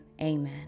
amen